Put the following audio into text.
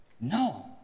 No